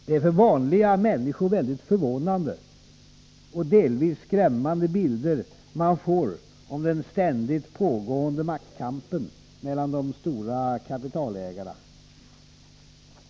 Det är för vanliga människor mycket förvånande och delvis skrämmande bilder man får om den ständigt pågående maktkampen mellan de stora kapitalägarna.